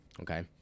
Okay